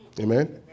Amen